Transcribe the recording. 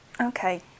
Okay